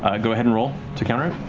ah go ahead and roll to counter it.